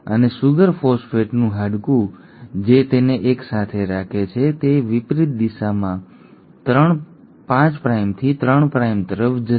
અને સુગર ફોસ્ફેટનું હાડકું જે તેને એક સાથે રાખે છે તે વિપરીત દિશામાં 5 પ્રાઇમથી 3 પ્રાઇમ તરફ જશે